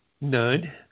None